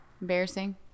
embarrassing